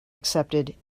accepted